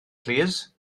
plîs